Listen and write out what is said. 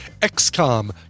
XCOM